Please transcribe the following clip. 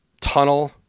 tunnel